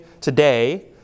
today